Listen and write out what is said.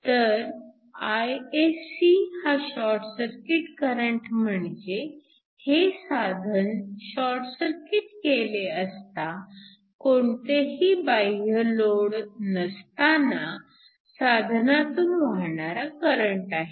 तर Isc हा short circuit current म्हणजे हे साधन शॉर्ट सर्किट केले असता कोणतेही बाह्य लोड नसताना साधनातून वाहणारा करंट आहे